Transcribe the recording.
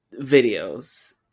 videos